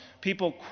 people